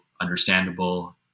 understandable